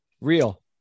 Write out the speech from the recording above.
real